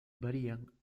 varían